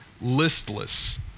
listless